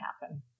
happen